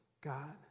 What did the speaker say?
God